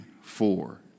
four